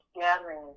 gathering